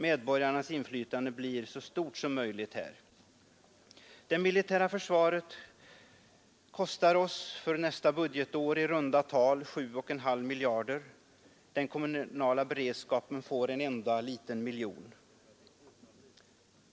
Medborgarnas inflytande blir så stort som möjligt här. Det militära försvaret kostar oss för nästa budgetår i runt tal 7,5 miljarder — den kommunala beredskapen får en enda liten miljon.